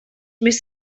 més